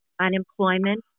Unemployment